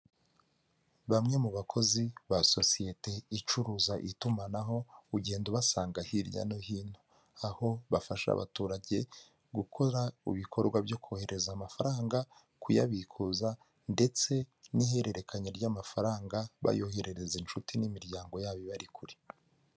Bamwe mu bakozi ba sosiyete icuruza itumanaho ugenda ubasanga hirya no hino, aho bafasha abaturage gukora ibikorwa byo kohereza amafaranga, kuyabikuza ndetse n'ihererekanya ry'amafaranga bayoherereza inshuti n'imiryango yabo ibari kure.